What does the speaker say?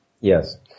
Yes